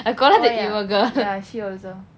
oh ya ya she also